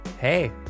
Hey